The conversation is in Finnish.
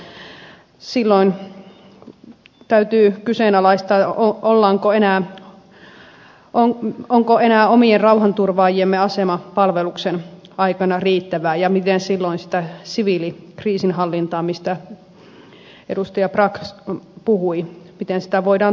silloin täytyy kyseenalaistaa onko enää omien rauhanturvaajiemme asema palveluksen aikana riittävää ja miten silloin sitä siviilikriisinhallintaa mistä edustaja brax puhui voidaan toteuttaa